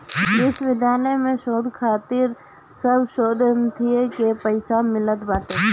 विश्वविद्यालय में शोध खातिर सब शोधार्थीन के पईसा मिलत बाटे